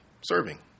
serving